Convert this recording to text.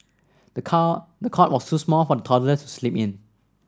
the cot was too small for the toddler to sleep in